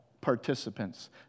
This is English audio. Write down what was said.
participants